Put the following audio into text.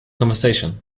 conversation